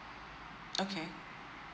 okay